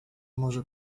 może